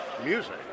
music